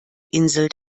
insel